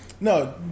No